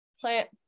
plant